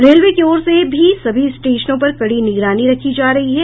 railway की ओर से भी सभी स्टेशनों पर कड़ी निगरानी रखी जा रही है